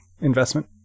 investment